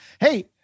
hey